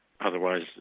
Otherwise